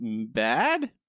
bad